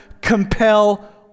compel